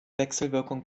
wechselwirkung